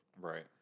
Right